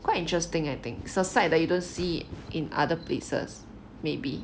quite interesting I think it's a sight that you don't see in other places maybe